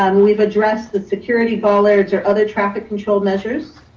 i mean we've addressed the security bollards or other traffic control measures.